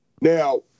Now